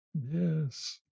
yes